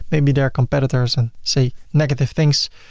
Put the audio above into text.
maybe they are competitors and say negative things,